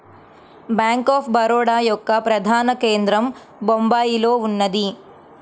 bank of Baroda యొక్క ప్రధాన కేంద్రం బొంబాయిలో ఉన్నది